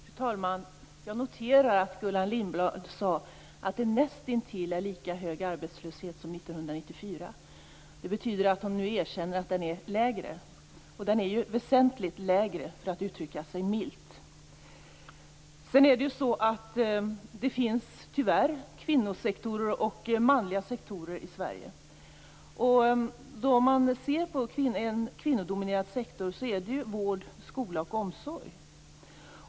Fru talman! Jag noterar att Gullan Lindblad sade att det är nästintill lika hög arbetslöshet nu som 1994. Det betyder att hon nu erkänner att den är lägre. Den är ju väsentligt lägre, för att uttrycka sig milt. Det finns tyvärr kvinnosektorer och manliga sektorer i Sverige. En kvinnodominerad sektor är vård, skola och omsorg.